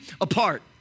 apart